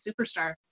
superstar